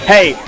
Hey